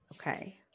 Okay